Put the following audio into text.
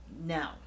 No